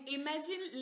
imagine